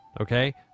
okay